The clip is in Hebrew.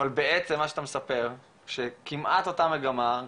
אבל בעצם מה שאתה מספר הוא שכמעט אותה מגמה,